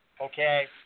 okay